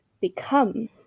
become